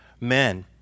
men